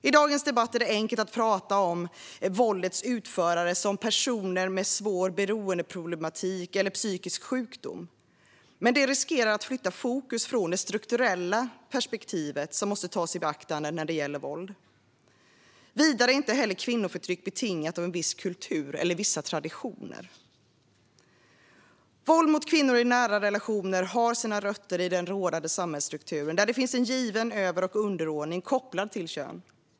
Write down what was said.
I dagens debatt är det enkelt att prata om våldets utförare som personer med svår beroendeproblematik eller psykisk sjukdom, men det riskerar att flytta fokus från det strukturella perspektiv som måste tas i beaktande när det gäller våld. Vidare är inte heller kvinnoförtryck betingat av en viss kultur eller vissa traditioner. Våld mot kvinnor i nära relationer har sina rötter i den rådande samhällsstrukturen, där det finns en given över och underordning kopplad till kön.